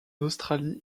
australie